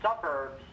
suburbs